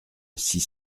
six